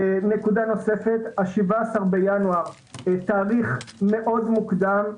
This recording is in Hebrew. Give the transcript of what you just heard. נקודה נוספת, 17 בינואר - תאריך מאוד מוקדם.